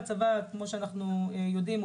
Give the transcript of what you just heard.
כמו שאנחנו יודעים,